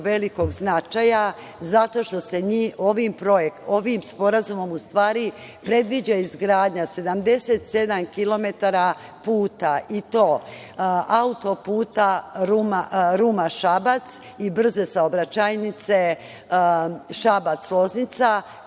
velikog značaja zato što se ovim sporazumom u stvari predviđa izgradnja 77 kilometara puta i to autoputa Ruma–Šabac i brze saobraćajnice Šabac–Loznica,